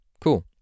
cool